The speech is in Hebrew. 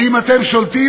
האם אתם שולטים,